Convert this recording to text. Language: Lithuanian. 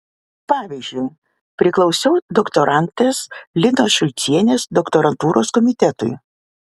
pavyzdžiui priklausiau doktorantės linos šulcienės doktorantūros komitetui